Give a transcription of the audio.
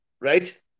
Right